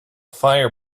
fire